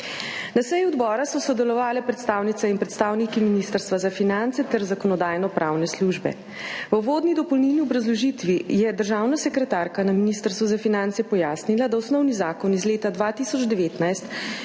Na seji odbora so sodelovale predstavnice in predstavniki Ministrstva za finance ter Zakonodajno-pravne službe. V uvodni dopolnilni obrazložitvi je državna sekretarka Ministrstva za finance pojasnila, da osnovni zakon iz leta 2019